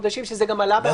זה גם עלה בהערות שלנו.